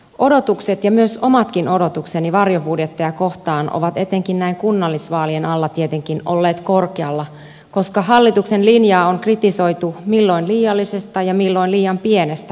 odotukset ja myös omatkin odotukseni varjobudjetteja kohtaan ovat etenkin näin kunnallisvaalien alla tietenkin olleet korkealla koska hallituksen linjaa on kritisoitu milloin liiallisesta ja milloin liian pienestä velanotosta